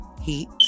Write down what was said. heat